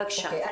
בבקשה.